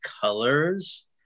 colors